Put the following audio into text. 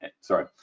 Sorry